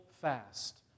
fast